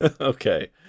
Okay